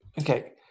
Okay